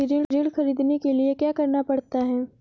ऋण ख़रीदने के लिए क्या करना पड़ता है?